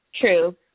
true